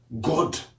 God